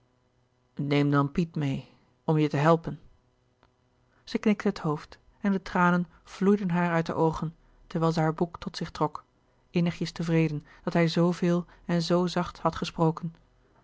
neem dan piet meê om je te helpen zij knikte het hoofd en de tranen vloeiden haar uit de oogen terwijl zij haar boek tot zich trok innigjes tevreden dat hij zoo veel en zoo zacht had gesproken